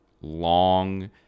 long